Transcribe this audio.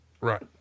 right